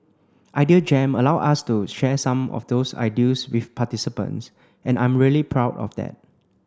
idea Jam allowed us to share some of those ideals with participants and I'm really proud of that